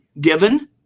given